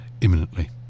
imminently